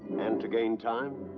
and to gain time?